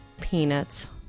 Peanuts